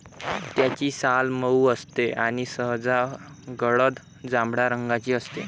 त्याची साल मऊ असते आणि सहसा गडद जांभळ्या रंगाची असते